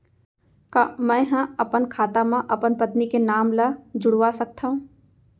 का मैं ह अपन खाता म अपन पत्नी के नाम ला जुड़वा सकथव?